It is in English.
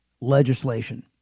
legislation